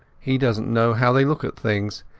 he doesnat know how they look at things,